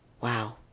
Wow